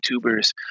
YouTubers